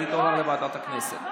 אז היא תועבר לוועדת הכנסת.